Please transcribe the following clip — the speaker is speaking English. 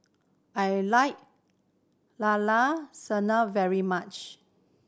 I like Llao Llao Sanum very much